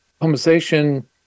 conversation